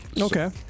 Okay